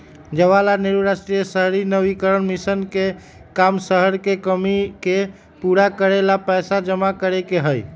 जवाहर लाल नेहरू राष्ट्रीय शहरी नवीकरण मिशन के काम शहर के कमी के पूरा करे ला पैसा जमा करे के हई